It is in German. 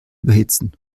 überhitzen